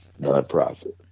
nonprofit